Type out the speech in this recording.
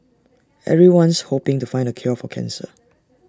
everyone's hoping to find the cure for cancer